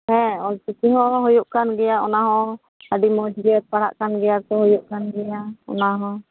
ᱦᱮᱸ ᱚᱞ ᱪᱤᱠᱤ ᱦᱚᱸ ᱦᱩᱭᱩᱜ ᱠᱟᱱ ᱜᱮᱭᱟ ᱚᱱᱟ ᱦᱚᱸ ᱟᱹᱰᱤ ᱢᱚᱡᱽ ᱜᱮ ᱯᱟᱲᱦᱟᱜ ᱠᱟᱱ ᱜᱮᱭᱟ ᱠᱚ ᱦᱩᱭᱩᱜ ᱠᱟᱱ ᱜᱮᱭᱟ ᱚᱱᱟ ᱦᱚᱸ